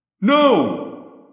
No